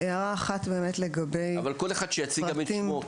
אבל כל אחד שיציג גם את שמו,